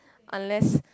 unless